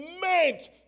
meant